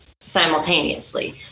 simultaneously